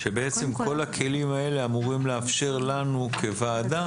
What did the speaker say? שבעצם כל הכלים האלה אמורים לאפשר לנו כוועדה